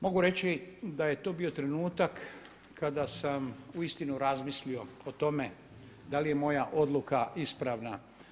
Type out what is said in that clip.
Mogu reći da je to bio trenutak kada sam uistinu razmislio o tome da li je moja odluka ispravna.